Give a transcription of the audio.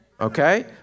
okay